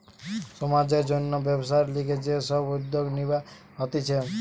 সমাজের জন্যে ব্যবসার লিগে যে সব উদ্যোগ নিবা হতিছে